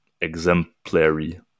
exemplary